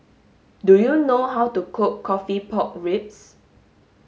do you know how to cook coffee pork ribs